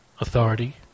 authority